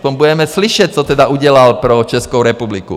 Potom budeme slyšet, co tedy udělal pro Českou republiku.